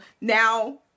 now